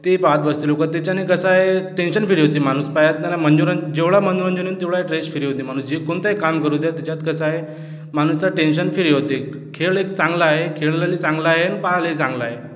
ते पहात बसते लोकं त्याच्याने कसा आहे टेन्शन फ्री होते माणूस पाहताना मनोरंजन जेवढा मनोरंजन तेवढा फ्रेश फ्री होतंय माणूस जे कोणतेही काम करू द्या त्याच्यात कसा आहे माणूस जर टेन्शन फ्री होते खेळ लई चांगला आहे खेळायलाही चांगला आहे आणि पहायलाही चांगला आहे